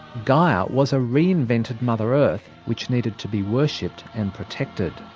gaia was a reinvented mother earth, which needed to be worshipped and protected.